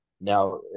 Now